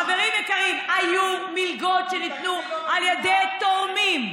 חברים יקרים, היו מלגות שניתנו, מתקציב המדינה?